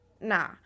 nah